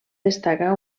destaca